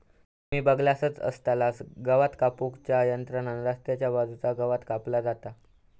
तुम्ही बगलासच आसतलास गवात कापू च्या यंत्रान रस्त्याच्या बाजूचा गवात कापला जाता